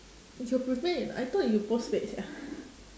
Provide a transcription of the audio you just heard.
is you prepaid I thought you postpaid sia